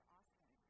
Austin